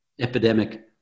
epidemic